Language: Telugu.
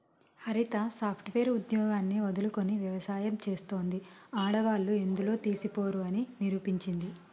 హరిత సాఫ్ట్ వేర్ ఉద్యోగాన్ని వదులుకొని వ్యవసాయం చెస్తాంది, ఆడవాళ్లు ఎందులో తీసిపోరు అని నిరూపించింది